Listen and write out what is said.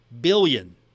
billion